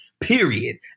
period